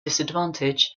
disadvantage